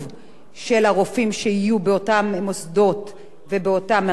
של הרופאים שיהיו באותם מוסדות ובאותם מרכזים.